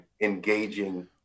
engaging